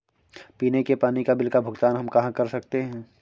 पीने के पानी का बिल का भुगतान हम कहाँ कर सकते हैं?